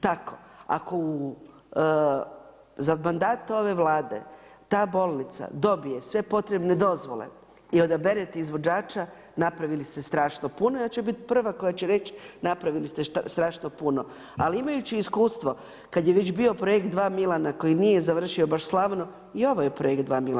Tako, ako u za mandata ove Vlade ta bolnica dobije sve potrebne dozvole i odaberete izvođača napravili ste strašno puno i onda ću ja ću biti prva koja će reći napravili ste strašno puno, ali imajuću iskustvo kad je već bio projekt dva Milana koji nije završio baš slavno i ovo je projekt dva Milana.